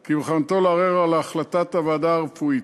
כי בכוונתו לערער על החלטת הוועדה הרפואית.